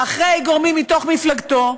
אחרי גורמים מתוך מפלגתו,